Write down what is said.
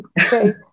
Okay